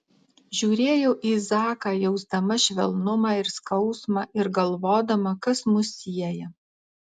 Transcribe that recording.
žiūrėjau į zaką jausdama švelnumą ir skausmą ir galvodama kas mus sieja